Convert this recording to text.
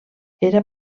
era